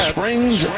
Springs